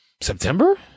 september